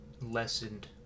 lessened